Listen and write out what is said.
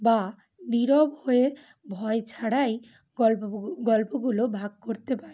বা নীরব হয়ে ভয় ছাড়াই গল্প গল্পগুলো ভাগ করতে পারে